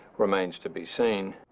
remains to be seen.